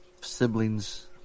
siblings